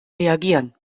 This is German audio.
reagieren